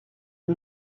eut